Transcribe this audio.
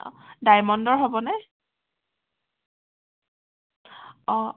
ডায়মণ্ডৰ হ'বনে অ'